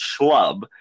schlub